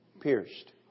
Pierced